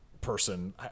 person